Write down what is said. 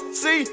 see